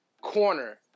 Corner